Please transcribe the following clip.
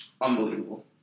Unbelievable